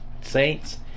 Saints